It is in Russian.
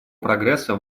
прогресса